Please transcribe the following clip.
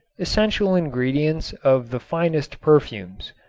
essential ingredients of the finest perfumes.